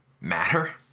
matter